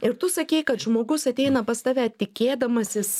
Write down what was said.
ir tu sakei kad žmogus ateina pas tave tikėdamasis